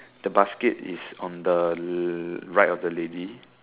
the basket is on the l~ right of the lady